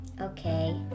Okay